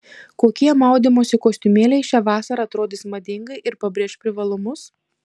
kokie maudymosi kostiumėliai šią vasarą atrodys madingai ir pabrėš privalumus